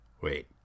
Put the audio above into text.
Wait